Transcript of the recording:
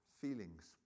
feelings